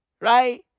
right